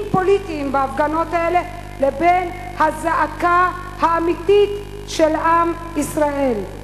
פוליטיים בהפגנות האלה לבין הזעקה האמיתית של עם ישראל,